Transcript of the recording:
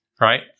right